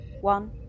one